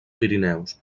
pirineus